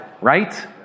right